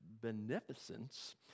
beneficence